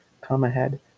come-ahead